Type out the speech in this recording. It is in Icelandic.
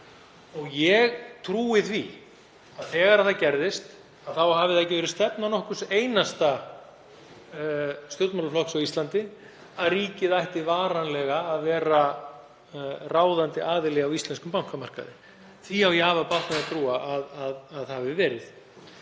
Ég trúi því að þegar það gerðist hafi það ekki verið stefna nokkurs einasta stjórnmálaflokks á Íslandi að ríkið ætti varanlega að vera ráðandi aðili á íslenskum bankamarkaði. Ég á afar bágt með að trúa að svo hafi verið.